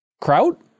Kraut